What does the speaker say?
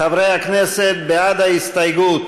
חברי הכנסת, בעד ההסתייגות